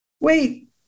Wait